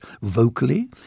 vocally